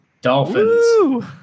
Dolphins